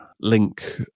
link